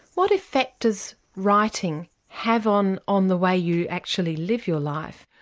what effect does writing have on on the way you actually live your life?